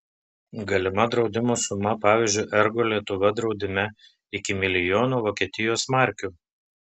galima draudimo suma pavyzdžiui ergo lietuva draudime iki milijono vokietijos markių